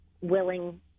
willing